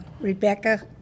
Rebecca